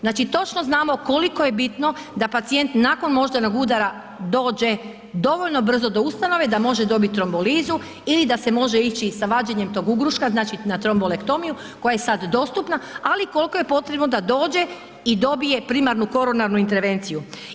Znači točno znamo koliko je bitno da pacijent nakon moždanog udara dođe dovoljno brzo do ustanove, da može dobiti trombolizu ili da se može ići sa vađenjem tog ugruška znači na trombolektomiju koja je sada dostupna ali koliko je potrebno da dođe i dobije primarnu koronarnu intervenciju.